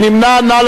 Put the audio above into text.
מי נמנע?